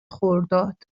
خرداد